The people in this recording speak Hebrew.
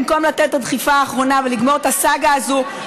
במקום לתת את הדחיפה האחרונה ולגמור את הסאגה הזו,